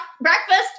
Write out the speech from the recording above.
breakfast